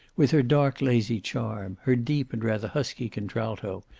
with her dark lazy charm, her deep and rather husky contralto,